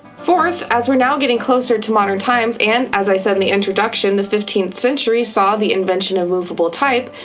fourth, as we're now getting closer to modern times, and as i said in the introduction, the fifteenth century saw the invention of moveable type,